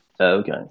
Okay